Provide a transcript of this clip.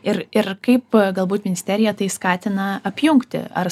ir ir kaip galbūt ministerija tai skatina apjungti ar